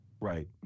Right